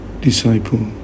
disciple